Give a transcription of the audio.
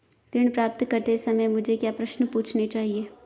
ऋण प्राप्त करते समय मुझे क्या प्रश्न पूछने चाहिए?